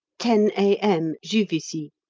ten a m, juvisy.